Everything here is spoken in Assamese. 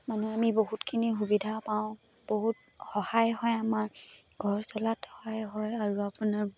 মানুহ আমি বহুতখিনি সুবিধা পাওঁ বহুত সহায় হয় আমাৰ ঘৰ চলাত সহায় হয় আৰু আপোনাৰ